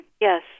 Yes